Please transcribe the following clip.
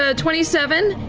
ah twenty seven.